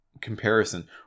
comparison